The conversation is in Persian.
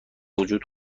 وجود